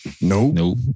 Nope